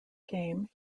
game